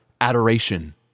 adoration